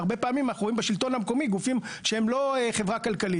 והרבה פעמים אנחנו רואים בשלטון המקומי גופים שהם לא חברה כלכלית,